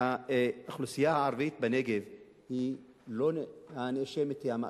האוכלוסייה הערבית בנגב היא לא הנאשמת,